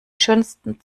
schönsten